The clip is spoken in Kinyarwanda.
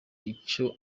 icyo